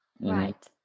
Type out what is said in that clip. Right